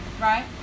right